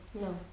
No